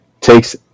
takes